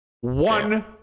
One